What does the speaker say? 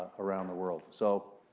around the world. so,